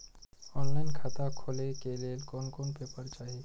Online खाता खोले के लेल कोन कोन पेपर चाही?